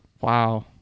Wow